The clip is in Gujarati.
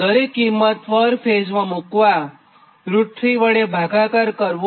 દરેક કિંમત પર ફેઝમાં મુક્વા √૩વડે ભાગાકાર કરવો